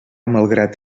malgrat